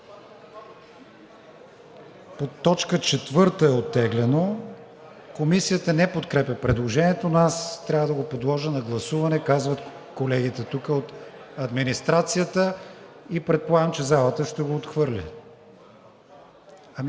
По точка 4 е оттеглено. Комисията не подкрепя предложението, но аз трябва да го подложа на гласуване, казват колегите тук от администрацията, и предполагам, че залата ще го отхвърли.